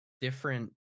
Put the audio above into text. different